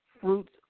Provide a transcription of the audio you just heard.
fruits